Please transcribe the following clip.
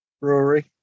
brewery